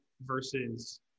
versus